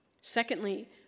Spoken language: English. Secondly